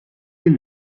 est